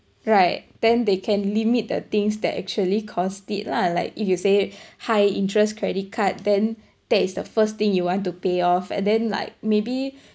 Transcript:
right then they can limit the things that actually caused it lah like if you say high interest credit card then that is the first thing you want to pay off and then like maybe